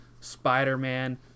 Spider-Man